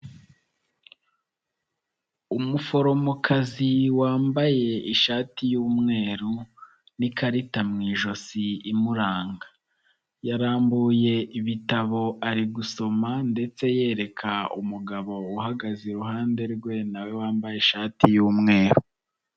Umuforomokazi wambaye ishati y'umweru n'ikarita mu ijosi imuranga. Yarambuye ibitabo ari gusoma ndetse yereka umugabo uhagaze iruhande rwe na we wambaye ishati y'umweru.